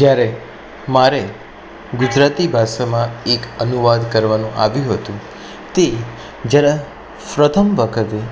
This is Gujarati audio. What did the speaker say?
જ્યારે મારે ગુજરાતી ભાષામાં એક અનુવાદ કરવાનું આવ્યું હતું તે જરા પ્રથમ વખતે